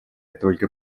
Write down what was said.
только